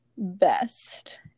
best